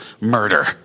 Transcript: murder